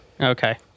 Okay